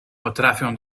potrafią